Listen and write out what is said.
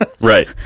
right